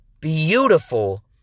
beautiful